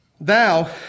Thou